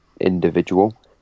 individual